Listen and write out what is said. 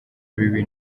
bibi